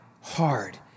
hard